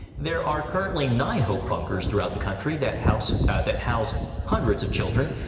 there are currently nine hope bunkers throughout the country that house that house hundreds of children.